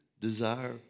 desire